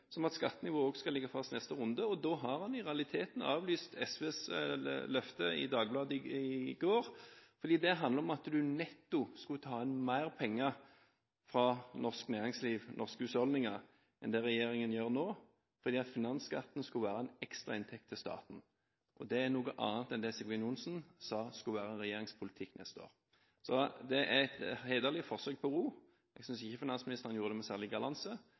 som at skattenivået skal ligge fast neste runde. Da har han i realiteten avlyst SVs løfte i Dagbladet i går, for det handler om at man nettopp skulle ta inn mer penger fra norsk næringsliv og norske husholdninger enn det regjeringen gjør nå. Finansskatten skulle være en ekstrainntekt til staten. Det er noe annet enn det Sigbjørn Johnsen sa skulle være regjeringens politikk neste år. Det er et hederlig forsøk på å ro, men jeg synes ikke finansministeren gjorde det på en særlig